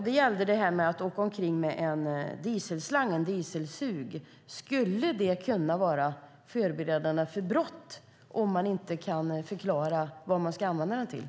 Det gällde det här med att åka omkring med en dieselslang, en dieselsug. Skulle det kunna vara förberedande av brott om man inte kan förklara vad man ska använda den till?